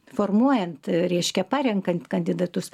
formuojant reiškia parenkant kandidatus